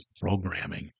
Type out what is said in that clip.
programming